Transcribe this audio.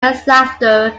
manslaughter